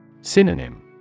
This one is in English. Synonym